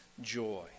joy